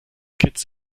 kitts